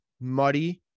muddy